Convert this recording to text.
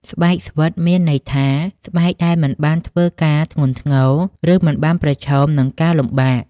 ស្បែកស្វិត មានន័យថា ស្បែកដែលមិនបានធ្វើការធ្ងន់ធ្ងរ ឬមិនបានប្រឈមនឹងការលំបាក។